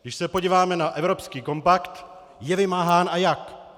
Když se podíváme na evropský kompakt, je vymáhán, a jak.